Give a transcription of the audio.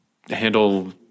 handle